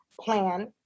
plan